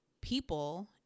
people